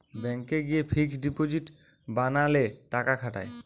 ব্যাংকে গিয়ে fixed deposit বানালে টাকা খাটায়